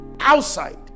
outside